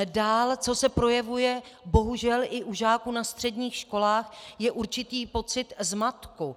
Dál co se projevuje bohužel i u žáků na středních školách, je určitý pocit zmatku.